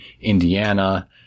Indiana